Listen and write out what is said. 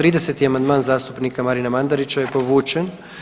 25. amandman zastupnika Marina Mandarića je povučen.